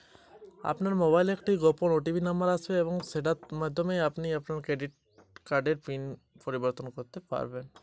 Credit কার্ডের PIN কিভাবে পরিবর্তন করবো?